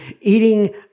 eating